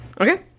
Okay